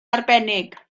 arbennig